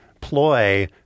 ploy